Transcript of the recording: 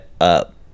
up